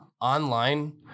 online